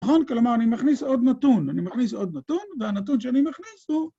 נכון? כלומר, אני מכניס עוד נתון, אני מכניס עוד נתון והנתון שאני מכניס הוא...